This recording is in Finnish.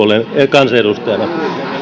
mellakaksi hallituspuolueen kansanedustajana